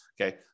Okay